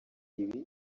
ibi